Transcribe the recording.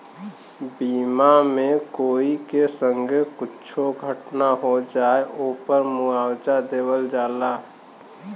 बीमा मे अगर कोई के संगे कुच्छो दुर्घटना हो जाए, ओपर मुआवजा देवल जाला